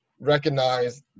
recognize